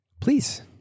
please